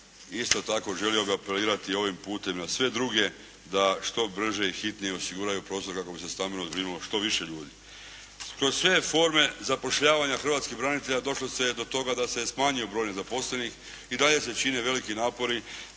Isto tako želio bih apelirati ovim putem na sve druge da što brže i hitnije osiguraju prostor kako bi se stambeno zbrinulo što više ljudi. Kroz sve forme zapošljavanja hrvatskih branitelja došlo se je do toga da se je smanjio broj nezaposlenih i dalje se čine veliki napori